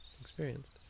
experienced